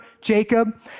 Jacob